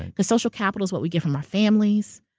but social capital is what we get from our families,